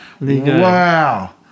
Wow